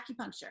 acupuncture